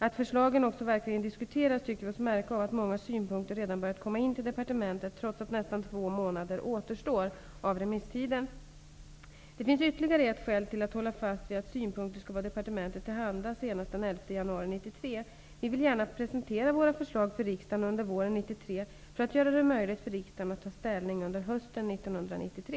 Att förslagen också verkligen diskuteras tycker vi oss märka av att många synpunkter redan börjat komma in till departementet, trots att nästan två månader återstår av remisstiden. Det finns ytterligare ett skäl till att hålla fast vid att synpunkter skall vara departementet till handa senast den 11 januari 1993. Vi vill gärna presentera våra förslag för riksdagen under våren 1993 för att göra det möjligt för riksdagen att ta ställning under hösten 1993.